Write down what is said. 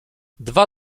dwa